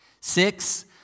Six